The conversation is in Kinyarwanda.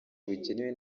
bugenewe